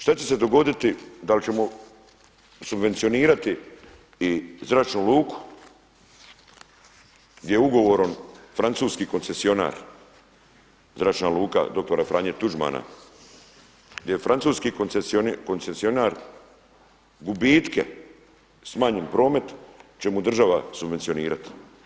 Šta će se dogoditi, da li ćemo subvencionirati i Zračnu luku gdje je ugovorom francuski koncesionar, Zračna luka dr. Franje Tuđmana, gdje je francuski koncesionar gubitke smanjen promet će mu država subvencionirati.